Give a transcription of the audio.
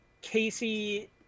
Casey